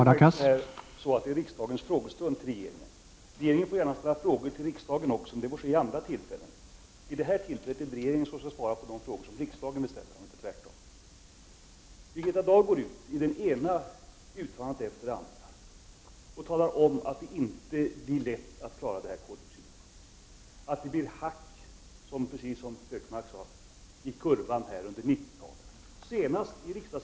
Herr talman! Detta är riksdagens frågestund med frågor till regeringen. Regeringen får gärna ställa frågor till riksdagen också, men det får ske vid andra tillfällen. Vid det här tillfället är det regeringen som skall svara på de frågor som riksdagen ställer, och inte tvärtom. Birgitta Dahl går ut med det ena uttalandet efter det andra och säger att det inte blir lätt att klara koldioxidmålet och att det blir ett hack, precis som Gunnar Hökmark nämnde, i kurvan under 1990-talet.